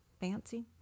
fancy